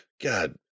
God